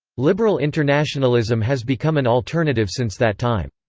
liberal internationalism has become an alternative since that time.